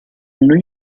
new